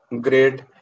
great